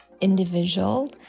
individual